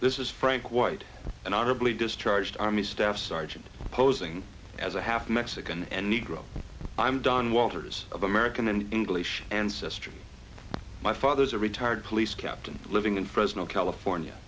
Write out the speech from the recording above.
this is frank white and honorably discharged army staff sergeant posing as a half mexican and negro i'm don walters of american and english ancestry my father is a retired police captain living in fresno california